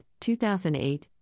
2008